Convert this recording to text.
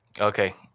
Okay